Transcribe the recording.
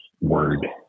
word